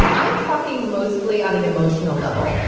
i'm talking mostly on an emotional level.